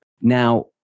Now